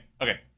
Okay